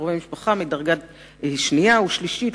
קרובי משפחה מדרגה שנייה ושלישית,